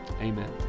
amen